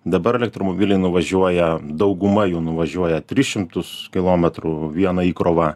dabar elektromobiliai nuvažiuoja dauguma jų nuvažiuoja tris šimtus kilometrų viena įkrova